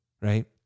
right